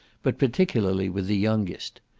but particularly with the youngest.